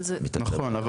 נכון,